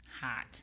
Hot